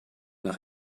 nach